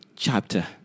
chapter